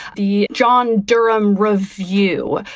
the john durham review,